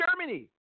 Germany